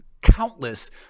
countless